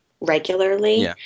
regularly